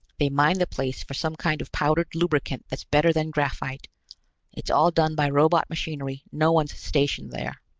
they mine the place for some kind of powdered lubricant that's better than graphite it's all done by robot machinery, no one's stationed there.